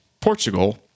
Portugal